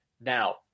now